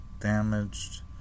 damaged